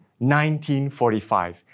1945